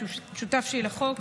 השותף שלי לחוק,